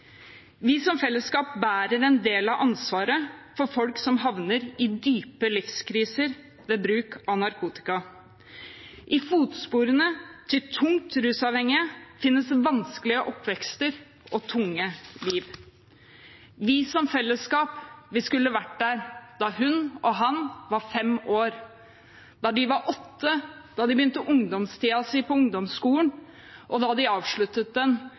Vi som fellesskap bærer en del av ansvaret for folk som havner i dype livskriser ved bruk av narkotika. I fotsporene til tungt rusavhengige finnes det vanskelige oppvekster og tunge liv. Vi som fellesskap skulle vært der da hun og han var fem år, da de var åtte, da de begynte ungdomstiden sin på ungdomsskolen, og da de avsluttet den,